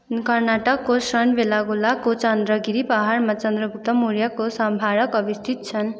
कर्नाटकको श्रवणबेलागोलाको चन्द्रागिरी पाहाडमा चन्द्रगुप्त मौर्यको स्मारक अवस्थित छन्